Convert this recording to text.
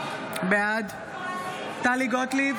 בעד טלי גוטליב,